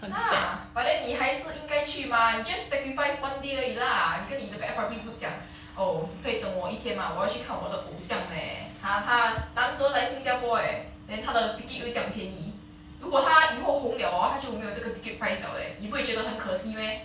!huh! but then 你还是应该去 mah just sacrifice one day 而已 lah 你跟你的 F_Y_P group 讲 oh 可以等我一天吗我要去看我的偶像 leh 他他难得来新加坡 eh then 他的 ticket 又酱便宜如果他以后红了 hor 他就没有这个 ticket price 了 leh 你不会觉得很可惜 meh